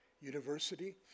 university